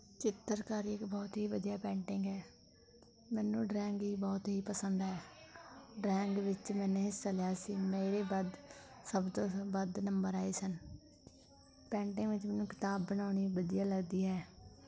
ਚਿਤਰਕਾਰੀ ਇਕ ਬਹੁਤ ਹੀ ਵਧੀਆ ਪੈਂਟਿੰਗ ਹੈ ਮੈਨੂੰ ਡਰਾਇੰਗ ਹੀ ਬਹੁਤ ਹੀ ਪਸੰਦ ਹੈ ਡਰਾਇੰਗ ਵਿੱਚ ਮੈਂ ਹਿੱਸਾ ਲਿਆ ਸੀ ਮੇਰੇ ਵੱਧ ਸਭ ਤੋਂ ਵੱਧ ਨੰਬਰ ਆਏ ਸਨ ਪੈਂਟਿੰਗ ਵਿੱਚ ਮੈਨੂੰ ਕਿਤਾਬ ਬਣਾਉਣੀ ਵਧੀਆ ਲੱਗਦੀ ਹੈ